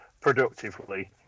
productively